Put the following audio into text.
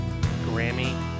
Grammy